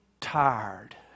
tired